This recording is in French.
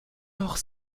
hors